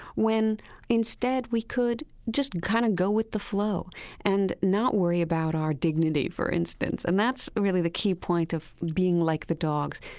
when instead we could just kind of go with the flow and not worry about our dignity, for instance. and that's really the key point of being like the dogs.